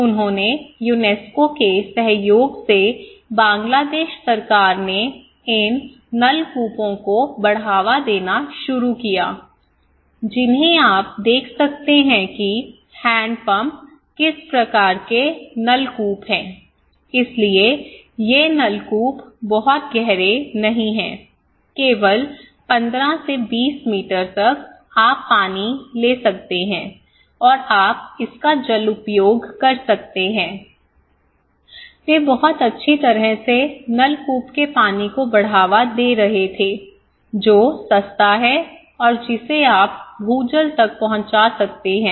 उन्होंने यूनेस्को के सहयोग से बांग्लादेश सरकार ने इन नलकूपों को बढ़ावा देना शुरू किया जिन्हें आप देख सकते हैं कि हैंडपंप किस प्रकार के नलकूप हैं इसलिए ये नलकूप बहुत गहरे नहीं हैं केवल 15 20 मीटर तक आप पानी ले सकते हैं और आप इसका उपयोग कर सकते हैं वे बहुत अच्छी तरह से नलकूप के पानी को बढ़ावा दे रहे थे जो सस्ता है और जिसे आप भूजल तक पहुंचा सकते हैं